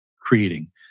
creating